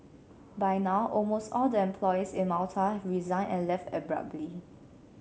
by now almost all the employees in Malta have resigned and left abruptly